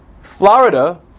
Florida